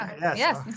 Yes